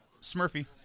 Smurfy